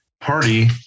party